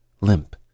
limp